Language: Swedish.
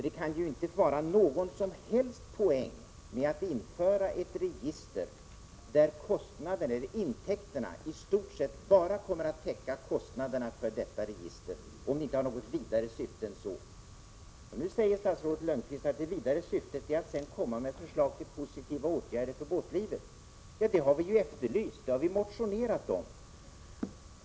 Det kan ju inte vara någon som helst poäng med att införa ett register där intäkterna i stort sett bara kommer att täcka kostnaderna för detta register, om det inte har något vidare syfte. Nu säger statsrådet Lönnqvist att det vidare syftet är att sedan komma med förslag till positiva åtgärder för båtlivet. Ja, det har vi ju efterlyst, och det har vi motionerat om.